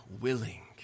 willing